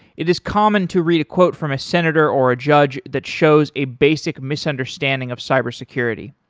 it is common to read a quote from a senator or a judge that shows a basic misunderstanding of cybersecurity.